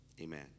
Amen